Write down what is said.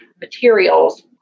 materials